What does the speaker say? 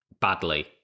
badly